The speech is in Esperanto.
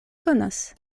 konas